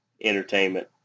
entertainment